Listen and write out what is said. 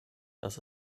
das